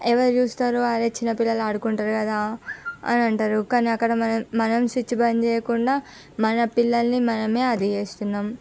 ఎవరు చూస్తారు అరే చిన్నపిల్లలు ఆడుకుంటారు కదా అని అంటారు కానీ అక్కడ మన మనం స్విచ్ బంద్ చేయకుండా మన పిల్లలని మనమే అది చేస్తున్నాము